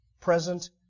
present